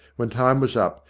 when time was up,